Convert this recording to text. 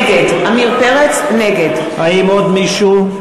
נגד האם עוד מישהו?